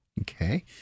Okay